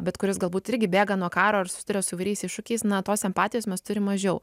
bet kuris galbūt irgi bėga nuo karo ir susiduria su įvairiais iššūkiais na tos empatijos mes turim mažiau